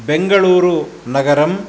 बेङ्गळूरुनगरम्